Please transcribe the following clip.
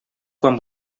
quan